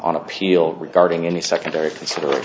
on appeal regarding any secondary consider